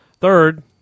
Third